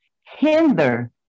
hinder